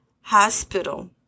Hospital